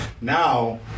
Now